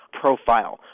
profile